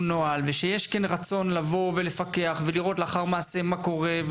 נוהל ושיש כאן רצון לבוא ולפקח ולראות לאחר מעשה מה קורה,